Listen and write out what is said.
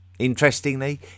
Interestingly